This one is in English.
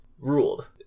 ruled